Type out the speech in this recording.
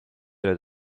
that